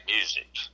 music